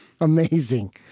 Amazing